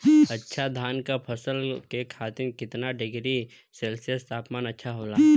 अच्छा धान क फसल के खातीर कितना डिग्री सेल्सीयस तापमान अच्छा होला?